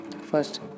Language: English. first